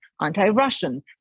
anti-Russian